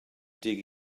dig